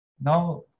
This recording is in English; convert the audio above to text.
now